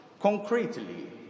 concretely